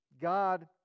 God